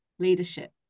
leadership